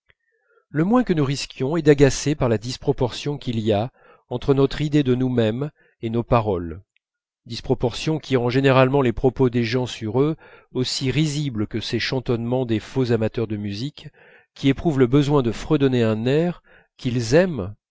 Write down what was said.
le moins que nous risquions est d'agacer par la disproportion qu'il y a entre notre idée de nous-même et nos paroles disproportion qui rend généralement les propos des gens sur eux aussi risibles que ces chantonnements des faux amateurs de musique qui éprouvent le besoin de fredonner un air qu'ils aiment